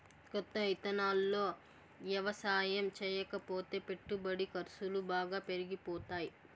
కొత్త ఇదానాల్లో యవసాయం చేయకపోతే పెట్టుబడి ఖర్సులు బాగా పెరిగిపోతాయ్